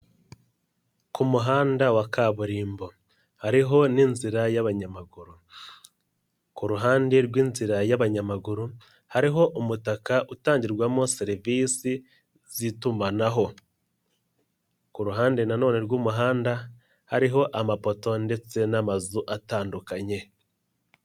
Ku muhanda wa kaburimbo, hariho n'inzira y'abanyamaguru, ku ruhande rw'inzira y'abanyamaguru, hariho umutaka utangirwamo serivisi z'itumanaho, ku ruhande na none rw'umuhanda, hariho amapoto ndetse n'amazu atandukanye.